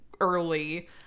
early